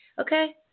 Okay